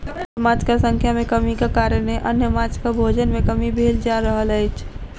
छोट माँछक संख्या मे कमीक कारणेँ अन्य माँछक भोजन मे कमी भेल जा रहल अछि